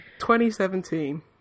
2017